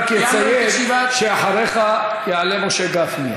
אני רק אציין שאחריך יעלה משה גפני.